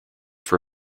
for